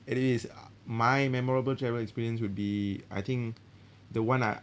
it is uh my memorable travel experience will be I think the one I